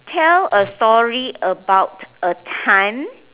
tell a story about a time